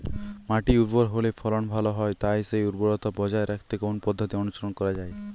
মাটি উর্বর হলে ফলন ভালো হয় তাই সেই উর্বরতা বজায় রাখতে কোন পদ্ধতি অনুসরণ করা যায়?